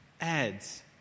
ads